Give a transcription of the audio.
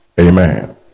Amen